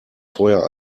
feuer